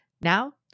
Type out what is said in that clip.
Now